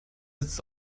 sitzt